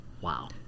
Wow